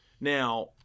Now